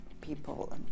people